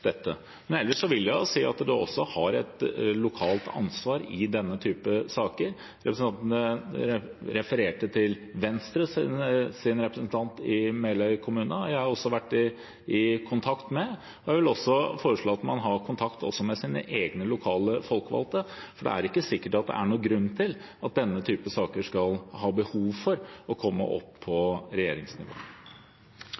Ellers vil jeg si at man også har et lokalt ansvar i denne typen saker. Representanten refererte til Venstres representant i Meløy kommune, som jeg også har vært i kontakt med. Jeg vil også foreslå at man har kontakt også med sine egne lokale folkevalgte, for det er ikke sikkert det er noen grunn til at denne typen saker skal ha behov for å komme opp på regjeringsnivå. «Norske Skog Saugbrugs er en grønn og tradisjonsrik virksomhet i et konkurranseutsatt marked. Miljødirektoratets avslag på